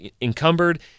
encumbered